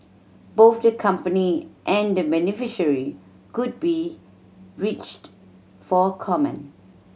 both the company and the beneficiary could be reached for comment